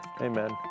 Amen